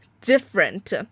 different